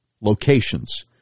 locations